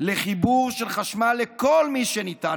לחיבור של חשמל לכל מי שניתן.